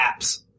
apps